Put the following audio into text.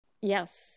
Yes